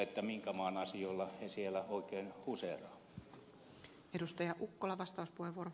ihmettelen minkä maan asioilla he siellä oikein huseeraavat